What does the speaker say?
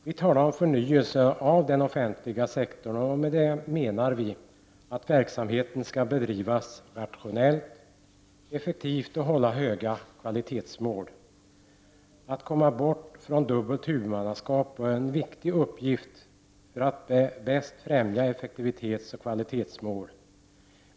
Vi talar om förnyelse av den offentliga sektorn, och med detta menar vi att verksamheten skall bedrivas rationellt och effektivt och ha höga kvalitetsmål. Att komma bort från dubbelt huvudmannaskap var en viktig uppgift för att bäst främja effektivitetsoch kvalitetsmål.